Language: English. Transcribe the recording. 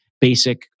basic